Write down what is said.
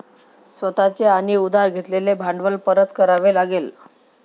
स्वतः चे आणि उधार घेतलेले भांडवल परत करावे लागेल